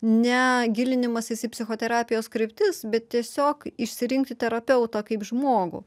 ne gilinimasis į psichoterapijos kryptis bet tiesiog išsirinkti terapeutą kaip žmogų